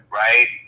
right